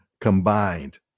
combined